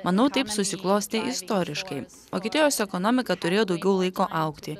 manau taip susiklostė istoriškai vokietijos ekonomika turėjo daugiau laiko augti